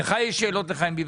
לך יש שאלות לחיים ביבס,